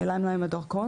נעלם להם הדרכון,